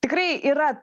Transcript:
tikrai yra